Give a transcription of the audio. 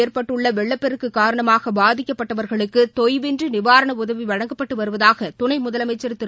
ஏற்பட்டுள்ளவெள்ளப்பெருக்குகாரணமாகபாதிக்கப்பட்டவர்களுக்குதெ ாய்வின்றிநிவாரணஉதவிவழங்கப்பட்டுவருவதாகதுணைமுதலமைச்சர் திரு